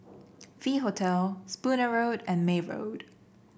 V Hotel Spooner Road and May Road